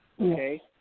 Okay